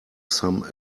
some